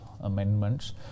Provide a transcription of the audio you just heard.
amendments